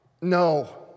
no